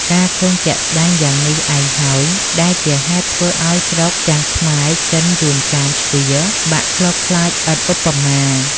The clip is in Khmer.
កាលឃើញជាក់ស្ដែងយ៉ាងនេះឯងហើយ ដែលជាហេតុធ្វើឲ្យស្រុកទាំងខ្មែរ ចិន យួន ចាម ជ្វា បាក់ខ្លបខ្លាចឥតឧបមា ។